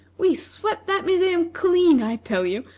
we swept that museum clean, i tell you!